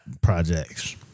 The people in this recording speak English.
Projects